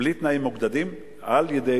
בלי תנאים מוקדמים,